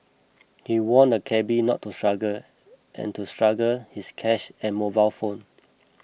he warned the cabby not to struggle and to struggle his cash and mobile phone